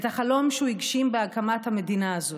את החלום שהוא הגשים בהקמת המדינה הזאת,